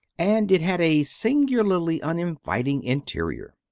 and it had a singularly unin viting interior.